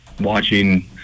watching